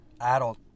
adult